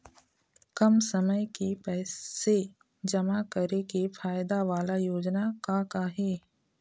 कम समय के पैसे जमा करे के फायदा वाला योजना का का हे?